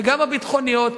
וגם הביטחוניות.